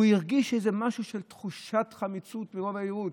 הוא הרגיש איזו תחושת חמיצות מרוב היהירות.